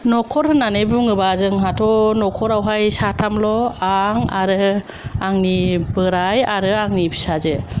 न'खर होननानै बुङोबा जोंहाथ' न'खरावहाय साथामल' आं आरो आंनि बोराय आरो आंनि फिसाजो